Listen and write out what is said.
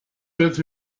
worth